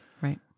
Right